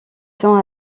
sont